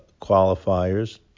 qualifiers